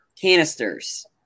canisters